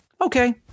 okay